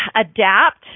adapt